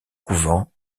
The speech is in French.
couvent